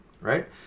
right